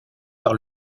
par